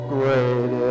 great